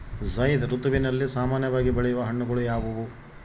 ಝೈಧ್ ಋತುವಿನಲ್ಲಿ ಸಾಮಾನ್ಯವಾಗಿ ಬೆಳೆಯುವ ಹಣ್ಣುಗಳು ಯಾವುವು?